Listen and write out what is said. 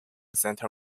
center